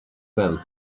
bell